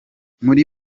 muri